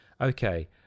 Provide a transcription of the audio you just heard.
okay